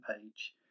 page